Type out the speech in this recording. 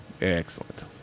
Excellent